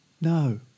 No